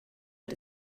but